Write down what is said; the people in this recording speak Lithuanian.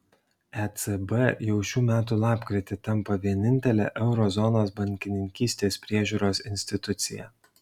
ecb jau šių metų lapkritį tampa vienintele euro zonos bankininkystės priežiūros institucija